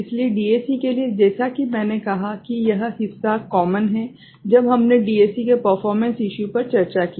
इसलिए DAC के लिए जैसा कि मैंने कहा कि यह हिस्सा कॉमन है जब हमनें DAC के परफ़ोर्मेंस इशू पर चर्चा की